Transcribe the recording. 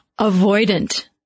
avoidant